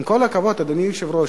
עם כל הכבוד, אדוני היושב-ראש,